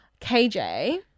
KJ